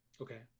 Okay